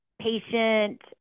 patient